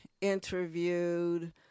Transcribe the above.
interviewed